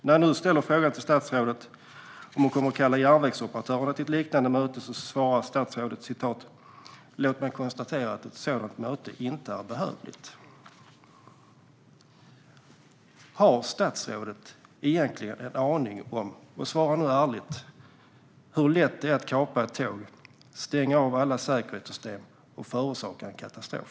När jag nu ställer frågan till statsrådet om hon kommer att kalla järnvägsoperatörerna till ett liknande möte svarar hon: "Låt mig först konstatera att något sådant möte inte är behövligt." Har statsrådet egentligen en aning om - svara nu ärligt - hur lätt det är att kapa ett tåg, stänga av alla säkerhetssystem och förorsaka en katastrof?